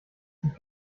sich